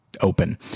Open